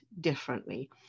differently